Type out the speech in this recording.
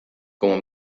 como